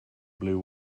blue